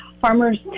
farmers